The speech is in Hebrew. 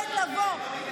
יכולת לבוא.